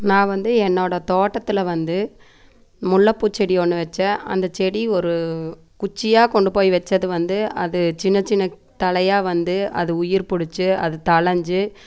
நான் வந்து என்னோடய தோட்டத்தில் வந்து முல்லைப்பூ செடி ஒன்று வச்சேன் அந்த செடி ஒரு குச்சியாக கொண்டு போய் வச்சது வந்து அது சின்ன சின்ன தழையாக வந்து அது உயிர் புடிச்சி அது தழைஞ்சி